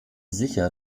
sicher